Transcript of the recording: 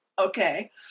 okay